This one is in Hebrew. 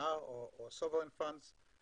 יש